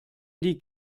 die